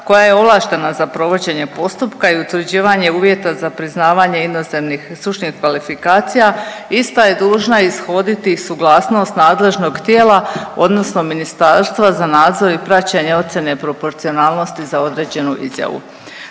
koja je ovlaštena za provođenje postupka i utvrđivanje uvjeta za priznavanje inozemnih stručnih kvalifikacija ista je dužna ishoditi suglasnost nadležnog tijela odnosno Ministarstva za nadzor i praćenje ocjene proporcionalnosti za određenu izjavu.